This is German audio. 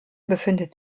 befindet